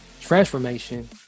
transformation